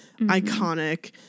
iconic